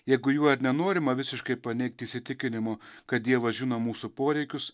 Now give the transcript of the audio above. jeigu juo ir nenorima visiškai paneigt įsitikinimo kad dievas žino mūsų poreikius